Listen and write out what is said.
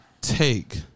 take